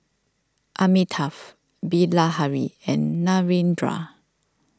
Amitabh Bilahari and Narendra